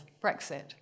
Brexit